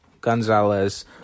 Gonzalez